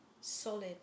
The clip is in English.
solid